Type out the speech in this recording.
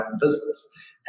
business